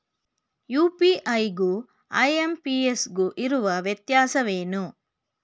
UPI ಗು IMPS ಗು ಇರುವ ವ್ಯತ್ಯಾಸವೇನು?